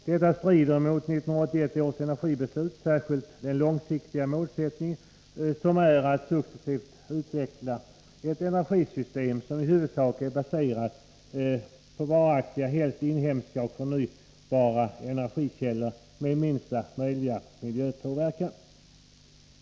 Detta strider mot 1981 års energibeslut, särskilt den långsiktiga målsättningen, ”att successivt utveckla ett energisystem som i huvudsak är baserat på varaktiga, helst inhemska och förnybara energikällor med minsta möjliga miljöpåverkan”.